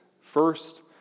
First